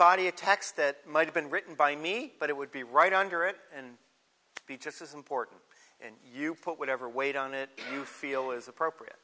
body attacks that might have been written by me but it would be right under it and be just as important and you put whatever weight on it you feel is appropriate